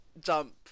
jump